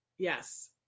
Yes